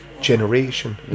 generation